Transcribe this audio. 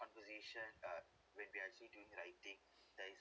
conversation uh when we're actually doing writing there's